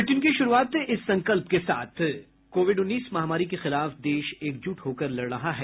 bulletin की शुरूआत इस संकल्प के साथ कोविड उन्नीस महामारी के खिलाफ देश एकजुट होकर लड़ रहा है